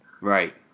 Right